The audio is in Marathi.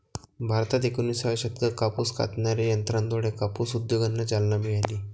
भारतात एकोणिसाव्या शतकात कापूस कातणाऱ्या यंत्राद्वारे कापूस उद्योगाला चालना मिळाली